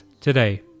today